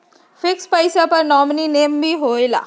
Fix पईसा पर nominee name भी होकेला?